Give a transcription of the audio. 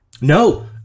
No